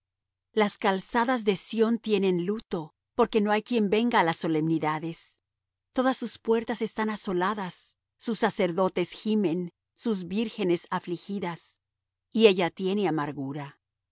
las calzadas de sión tienen luto porque no hay quien venga á las solemnidades todas sus puertas están asoladas sus sacerdotes gimen sus vírgenes afligidas y ella tiene amargura